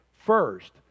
First